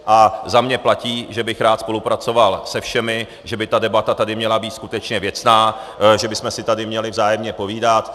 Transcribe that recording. A za mě platí, že bych rád spolupracoval se všemi, že by ta debata tady měla být skutečně věcná, že bychom si tady měli vzájemně povídat.